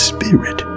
Spirit